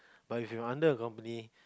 but if you under a company